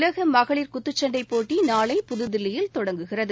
உலக மகளிர் குத்துச்சண்டைப் போட்டி நாளை புதுதில்லியில் தொடங்குகிறது